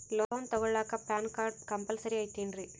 Loan ತೊಗೊಳ್ಳಾಕ PAN card compulsory ಐಯ್ತೇನ್ರಿ?